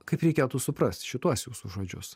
kaip reikėtų suprast šituos jūsų žodžius